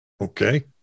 Okay